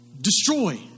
destroy